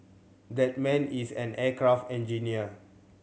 that man is an aircraft engineer